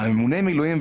לגבי ממוני מילואים,